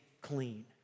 clean